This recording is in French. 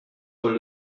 paul